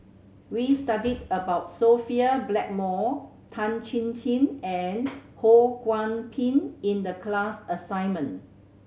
we studied about Sophia Blackmore Tan Chin Chin and Ho Kwon Ping in the class assignment